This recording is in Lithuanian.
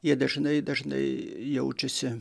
jie dažnai dažnai jaučiasi